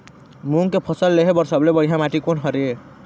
मूंग के फसल लेहे बर सबले बढ़िया माटी कोन हर ये?